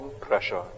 pressure